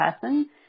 person